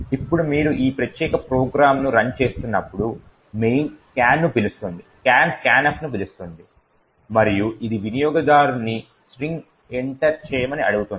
ఇప్పుడు మీరు ఈ ప్రత్యేక ప్రోగ్రామ్ను రన్ చేస్తున్నప్పుడు main scanను పిలుస్తుంది scan scanfను పిలుస్తుంది మరియు ఇది వినియోగదారుని స్ట్రింగ్ ఎంటర్ చేయమని అడుగుతుంది